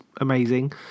amazing